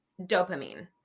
dopamine